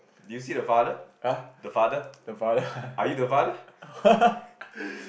!huh! the father